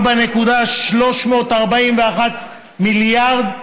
4.341 מיליארד,